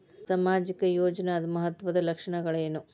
ಸಾಮಾಜಿಕ ಯೋಜನಾದ ಮಹತ್ವದ್ದ ಲಕ್ಷಣಗಳೇನು?